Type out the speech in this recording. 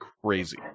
crazy